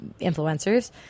influencers